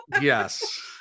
Yes